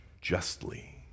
justly